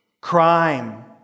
crime